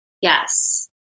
Yes